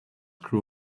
crew